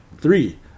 Three